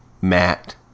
Matt